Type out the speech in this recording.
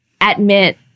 admit